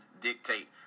dictate